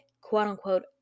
quote-unquote